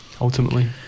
ultimately